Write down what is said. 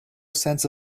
sense